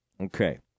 Okay